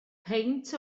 peint